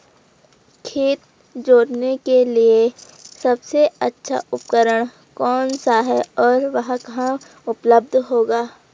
खेत जोतने के लिए सबसे अच्छा उपकरण कौन सा है और वह कहाँ उपलब्ध होगा?